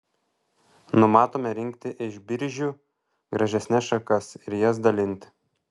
numatome rinkti iš biržių gražesnes šakas ir jas dalinti